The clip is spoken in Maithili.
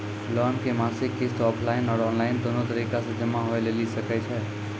लोन के मासिक किस्त ऑफलाइन और ऑनलाइन दोनो तरीका से जमा होय लेली सकै छै?